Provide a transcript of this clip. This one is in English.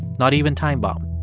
not even time bomb.